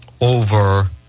over